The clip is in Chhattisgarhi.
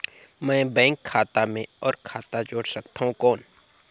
मैं बैंक खाता मे और खाता जोड़ सकथव कौन?